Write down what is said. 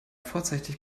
vorzeitig